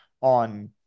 on